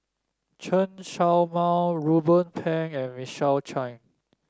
Chen Show Mao Ruben Pang and Michael Chiang